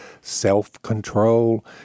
self-control